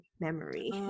memory